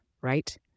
right